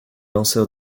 lanceur